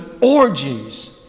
orgies